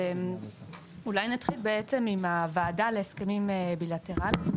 אולי נתחיל בעצם עם הוועדה להסכמים בילטרליים.